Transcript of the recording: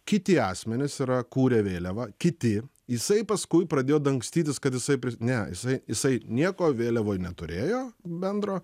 kiti asmenys yra kūrę vėliavą kiti jisai paskui pradėjo dangstytis kad jisai ne jisai jisai nieko vėliavoj neturėjo bendro